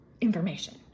information